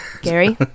Gary